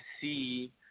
see